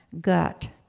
gut